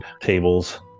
tables